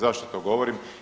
Zašto to govorim?